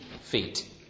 feet